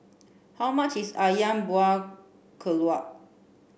how much is Ayam Buah Keluak